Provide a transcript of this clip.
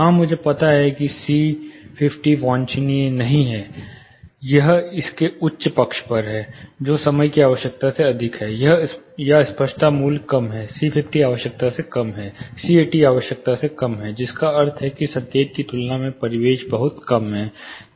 हां मुझे पता है कि सी 50 वांछनीय नहीं है यह इसके उच्च पक्ष पर है जो समय की आवश्यकता से अधिक है या स्पष्टता मूल्य कम है सी 50 आवश्यकता से कम है सी 80 आवश्यकता से कम है जिसका अर्थ है कि संकेत की तुलना में परिवेश बहुत कम है